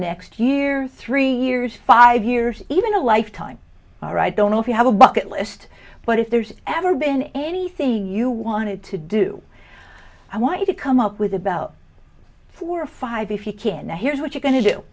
next year three years five years even a lifetime all right don't know if you have a bucket list but if there's ever been any see you wanted to do i want you to come up with about four or five if you can here's what you're go